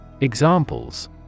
Examples